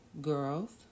girls